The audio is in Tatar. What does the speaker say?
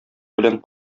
белән